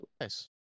Nice